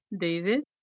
David